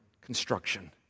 construction